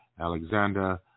Alexander